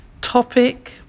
topic